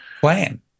plan